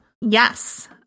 yes